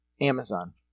Amazon